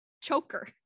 choker